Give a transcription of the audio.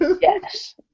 Yes